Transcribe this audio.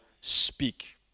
speak